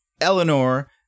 Eleanor